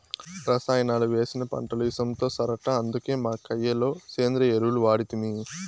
రసాయనాలు వేసిన పంటలు ఇసంతో సరట అందుకే మా కయ్య లో సేంద్రియ ఎరువులు వాడితిమి